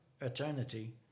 eternity